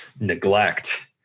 neglect